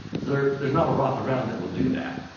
so, there's not a roth around that will do that.